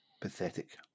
Pathetic